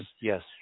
yes